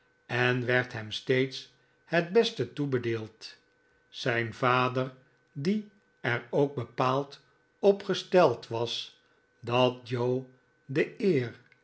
en werd hem steeds het beste toegedeeld zijn vader die er ook bepaald op gesteld was dat joe de eer